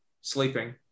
sleeping